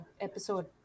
episode